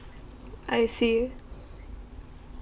I see